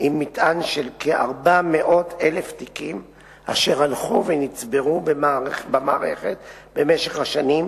עם מטען של כ-400,000 תיקים אשר הלכו ונצברו במערכת במשך השנים,